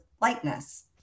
lightness